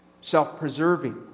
self-preserving